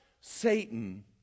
Satan